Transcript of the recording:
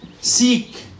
seek